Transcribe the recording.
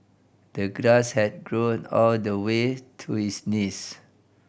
the grass had grown all the way to his knees